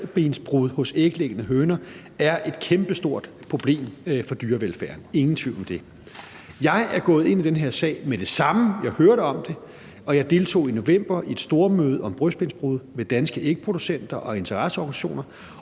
brystbensbrud hos æglæggende høner er et kæmpestort problem for dyrevelfærden – ingen tvivl om det. Jeg er gået ind i den her sag, med det samme jeg hørte om det, og jeg deltog i november i et stormøde om brystbensbrud med danske ægproducenter og interesseorganisationer,